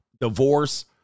divorce